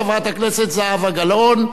חברת הכנסת זהבה גלאון,